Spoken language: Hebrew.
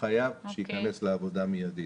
חייב שייכנס לעבודה מיידית.